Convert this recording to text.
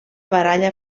baralla